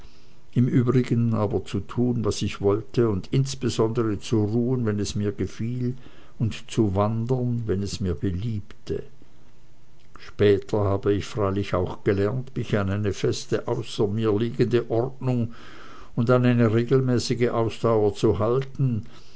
im übrigen aber zu tun was ich wollte und insbesondere zu ruhen wenn es mir gefiel und zu wandern wenn es mir beliebte später habe ich freilich auch gelernt mich an eine feste außer mir liegende ordnung und an eine regelmäßige ausdauer zu halten